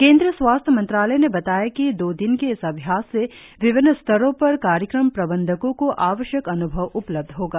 केंद्रीय स्वास्थ्य मंत्रालय ने बताया कि दो दिन के इस अभ्यास से विभिन्न स्तरों पर कार्यक्रम प्रबंधकों को आवश्यक अन्भव उपलब्ध होगा